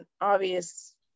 obvious